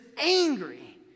angry